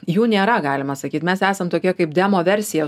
jų nėra galima sakyt mes esam tokie kaip demo versija